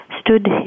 stood